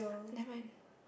never mind